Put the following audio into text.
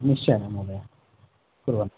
निश्चयेन महोदय कुर्वन्तु